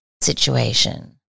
situation